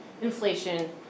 inflation